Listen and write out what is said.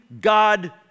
God